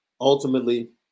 ultimately